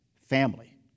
family